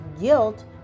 guilt